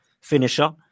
finisher